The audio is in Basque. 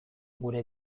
gure